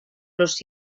los